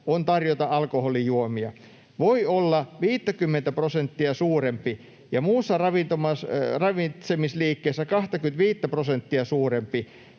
on tarjota alkoholijuomia, voi olla 50 prosenttia suurempi ja muussa ravitsemisliikkeessä 25 prosenttia suurempi,